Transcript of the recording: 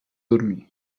dormir